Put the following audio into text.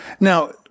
Now